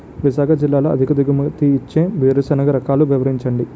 విశాఖ జిల్లాలో అధిక దిగుమతి ఇచ్చే వేరుసెనగ రకాలు వివరించండి?